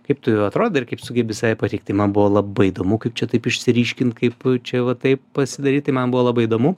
kaip tu atrodai ir kaip sugebi save pateikt man buvo labai įdomu kaip čia taip išsiryškint kaip čia va taip pasidaryt tai man buvo labai įdomu